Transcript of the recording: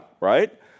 right